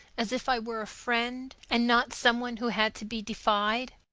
as if i were a friend, and not some one who had to be defied?